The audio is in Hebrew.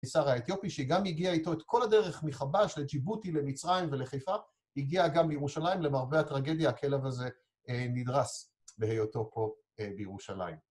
מישר האתיופי, שהיא גם הגיעה איתו את כל הדרך מחבש, לג'יבוטי, למצרים ולחיפה, הגיעה גם לירושלים, למרבה הטרגדיה, הכלב הזה נדרס בהיותו פה בירושלים.